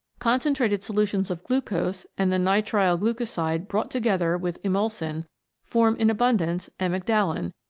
concentrated solutions of glucose and the nitrile-glucoside brought together with emulsin form in abundance amygdalin,